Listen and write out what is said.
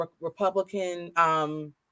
Republican